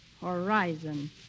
horizon